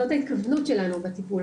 זאת ההתכוונות שלנו בטיפול,